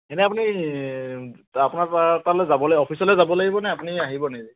এনে আপুনি আপোনাৰ তালৈ যাবলে অফিচলে যাব লাগিব নে আপুনি আহিব নিজে